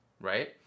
right